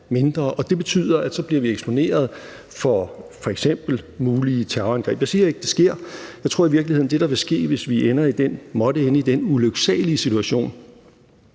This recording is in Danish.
det betyder, at vi bliver eksponeret for f.eks. mulige terrorangreb. Jeg siger ikke, at det sker. Jeg tror i virkeligheden, at det, der vil ske, hvis vi måtte ende i den ulyksalige situation,